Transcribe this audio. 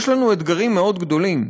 יש לנו אתגרים מאוד גדולים,